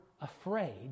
afraid